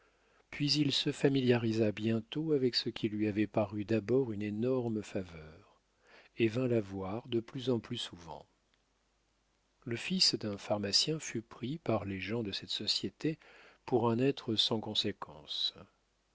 puis il se familiarisa bientôt avec ce qui lui avait paru d'abord une énorme faveur et vint la voir de plus en plus souvent le fils d'un pharmacien fut pris par les gens de cette société pour un être sans conséquence